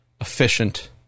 efficient